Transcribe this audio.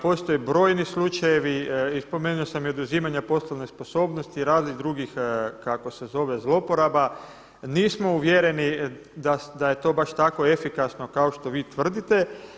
Postoje brojni slučajevi, spomenuo sam i oduzimanja poslovne sposobnosti i raznih drugih kako se zove zlouporaba, nismo uvjereni da je to baš tako efikasno kao što vi tvrdite.